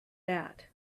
that